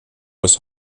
was